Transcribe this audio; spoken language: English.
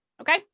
Okay